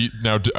Now